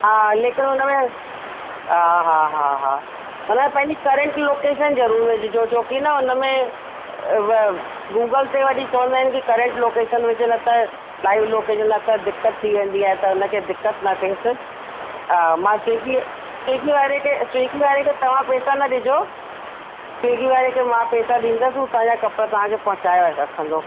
हा लेकिन हुनमें हा हा हा हा हुन में पंहिंजी करेंट लोकेशन ज़रूरु विझिजो छो की न हुनमें व गूगल ते वरी चवंदा आहिनि की करेंट लोकेशन विझ न त लाइव लोकेशन न त दिक़तु थी वेंदी आहे त हुनखे दिक़तु न थियसि हा मां स्विगी स्विगी वारे खे स्विगी वारे खे तव्हां पैसा न ॾिजो स्विगी वारे खे मां पैसा ॾींदसि हू तव्हांजा कपिड़ा तव्हांखे पहुंचाए रखंदो